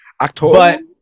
October